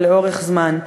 ולאורך זמן.